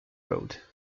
road